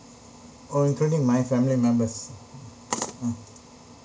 oh including my family members mm